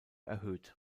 erhöht